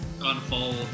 unfold